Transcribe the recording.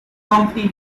company